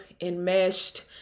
enmeshed